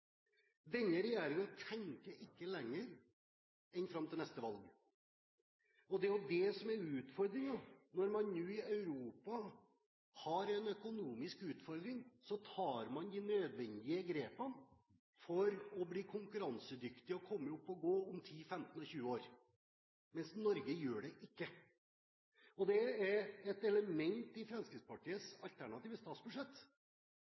Denne regjeringen tenker ikke lenger enn fram til neste valg – og det er jo det som er utfordringen. Når man nå i Europa har en økonomisk utfordring, så tar man de nødvendige grepene for å bli konkurransedyktig og komme opp å gå om 10, 15 og 20 år, mens Norge gjør det ikke. Og det er et element i